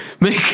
Make